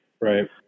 Right